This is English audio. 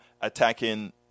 attacking